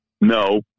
No